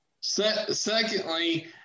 Secondly